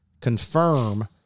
confirm